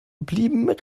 blieben